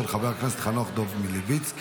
של חבר הכנסת חנוך דב מלביצקי.